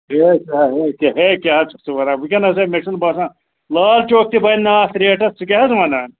ہَے کیٛاہ ہَے کیٛاہ چھُکھ ژٕ وَنان ؤنکیٚنس مےٚ چھُنہٕ باسان لال چوک تہِ بَنہِ نہٕ اَتھ ریٹَس ژٕ کیٛاہ حظ وَنان